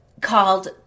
called